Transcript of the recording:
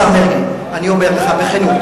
השר מרגי, אני אומר לך בכנות.